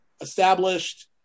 established